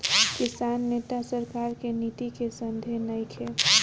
किसान नेता सरकार के नीति के संघे नइखन